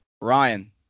Ryan